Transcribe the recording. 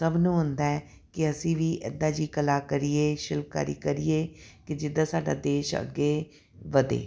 ਸਭ ਨੂੰ ਹੁੰਦਾ ਕਿ ਅਸੀਂ ਵੀ ਇੱਦਾਂ ਦੀ ਕਲਾ ਕਰੀਏ ਸ਼ਿਲਪਕਾਰੀ ਕਰੀਏ ਕਿ ਜਿੱਦਾਂ ਸਾਡਾ ਦੇਸ਼ ਅੱਗੇ ਵਧੇ